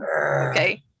okay